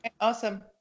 awesome